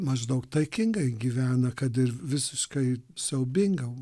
maždaug taikingai gyvena kad ir visiškai siaubinga